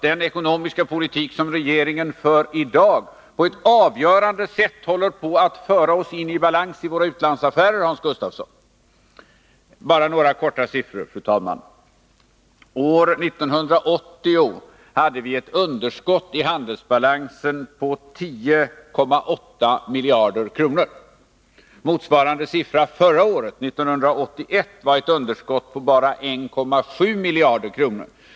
Den ekonomiska politik som regeringen för i dag håller ju på att på ett avgörande sätt föra oss in i balans i våra utlandsaffärer, Hans' Gustafsson. Låt mig, fru talman, i det här sammanhanget kortfattat få redovisa några siffror. År 1980 hade vi ett underskott i handelsbalansen på 10,8 miljarder kronor. Motsvarande siffra förra året, 1981, visade ett underskott på bara 1,7 miljarder kronor.